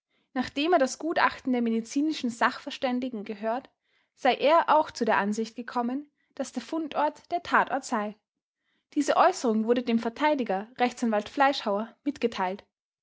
nachdem er das gutachten der medizinischen sachverständigen gehört sei er auch zu der ansicht gekommen daß der fundort der tatort sei diese äußerung wurde dem verteidiger rechtsanwalt fleischhauer mitgeteilt